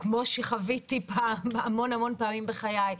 כמו שחוויתי המון פעמים בחיי,